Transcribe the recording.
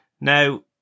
now